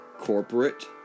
corporate